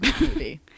movie